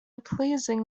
pleasing